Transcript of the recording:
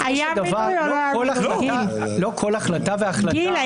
בסופו של דבר לא כל החלטה והחלטה --- גיל,